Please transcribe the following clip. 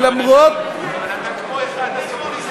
למרות, אבל אתה כמו אחד הסופיסטים.